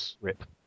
rip